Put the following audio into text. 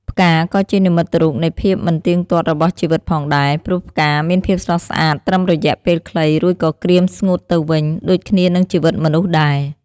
ផ្កាក៏ជានិមិត្តរូបនៃភាពមិនទៀងទាត់របស់ជីវិតផងដែរ ព្រោះផ្កាមានភាពស្រស់ស្អាតត្រឹមមួយរយៈពេលខ្លី រួចក៏ក្រៀមស្ងួតទៅវិញ ដូចគ្នានឹងជីវិតមនុស្សដែរ។